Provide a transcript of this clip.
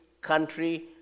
country